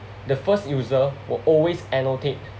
the first user will always annotate